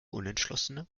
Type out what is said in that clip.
unentschlossene